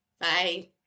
Bye